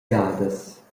gadas